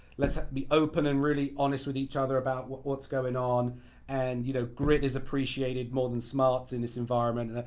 let's be open and really honest with each other about what's going on and you know grit is appreciated more than smarts in this environment.